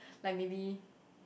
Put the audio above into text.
like maybe